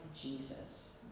Jesus